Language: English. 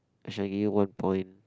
I shall give you one point